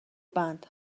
بند